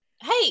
hey